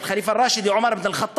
ח'ליף א-ראשד עומר